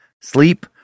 sleep